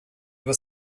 was